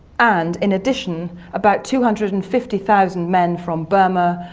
and in addition about two hundred and fifty thousand men from burma,